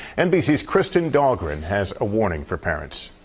nbc's kristen dahlgren has a warning for parents.